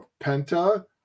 penta